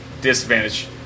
Disadvantage